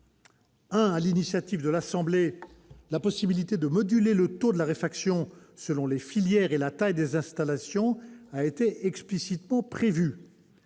sur l'initiative de l'Assemblée nationale, la possibilité de moduler le taux de la réfaction selon les filières et la taille des installations a été explicitement prévue.